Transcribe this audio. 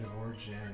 origin